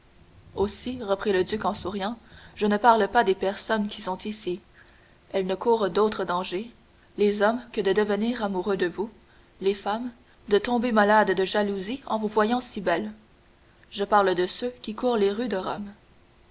aussi reprit le duc en souriant je ne parle pas des personnes qui sont ici elles ne courent d'autres dangers les hommes que de devenir amoureux de vous les femmes de tomber malades de jalousie en vous voyant si belle je parle de ceux qui courent les rues de rome